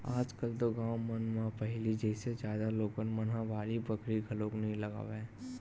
आज कल तो गाँव मन म पहिली जइसे जादा लोगन मन ह बाड़ी बखरी घलोक नइ लगावय